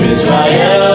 Israel